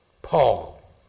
Paul